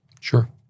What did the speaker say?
Sure